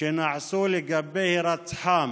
שנעשו לגבי הירצחם